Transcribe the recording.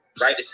Right